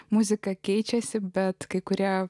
muzika keičiasi bet kai kurie